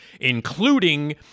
including